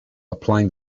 applying